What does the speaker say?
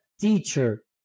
teacher